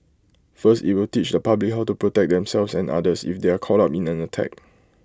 first IT will teach the public how to protect themselves and others if they are caught up in an attack